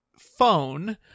phone